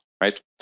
Right